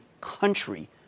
country